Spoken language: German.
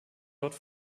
dort